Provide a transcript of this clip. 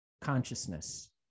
consciousness